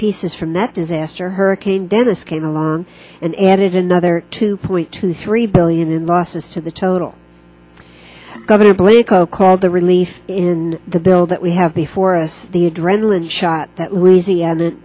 pieces from that disaster hurricane dennis came along and added another two point two three billion in losses to the total governor blanco called the relief in the bill that we have before us the adrenaline shot that